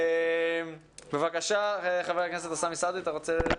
חבר הכנסת אוסאמה בבקשה.